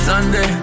Sunday